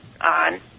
on